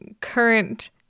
current